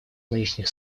нынешних